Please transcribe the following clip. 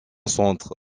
centre